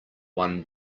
one